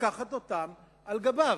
לקחת אותן על גביו,